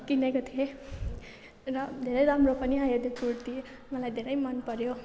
किनेको थिएँ र धेरै राम्रो पनि आयो त्यो कुर्ती मलाई धेरै मनपर्यो